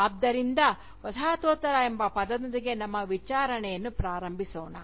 ಆದ್ದರಿಂದ ವಸಾಹತೋತ್ತರ ಎಂಬ ಪದದೊಂದಿಗೆ ನಮ್ಮ ವಿಚಾರಣೆಯನ್ನು ಪ್ರಾರಂಭಿಸೋಣ